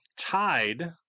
tied